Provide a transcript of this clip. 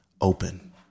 Open